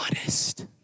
honest